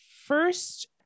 first